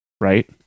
right